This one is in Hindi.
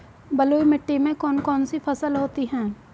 बलुई मिट्टी में कौन कौन सी फसल होती हैं?